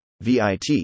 VIT